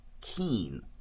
keen